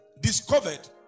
discovered